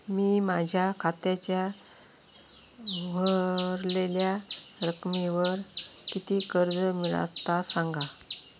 मी माझ्या खात्याच्या ऱ्हवलेल्या रकमेवर माका किती कर्ज मिळात ता सांगा?